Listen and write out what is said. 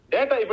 Data